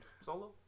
Solo